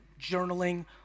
journaling